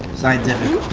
scientific.